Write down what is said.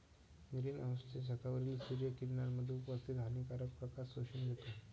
green हाउसच्या छतावरील सूर्य किरणांमध्ये उपस्थित हानिकारक प्रकाश शोषून घेतो